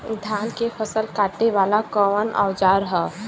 धान के फसल कांटे वाला कवन औजार ह?